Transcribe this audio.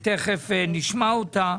ותכף נשמע אותה.